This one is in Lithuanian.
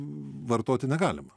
vartoti negalima